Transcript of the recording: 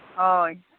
ᱦᱳᱭ